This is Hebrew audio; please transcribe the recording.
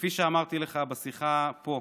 וכפי שאמרתי לך בשיחה פה,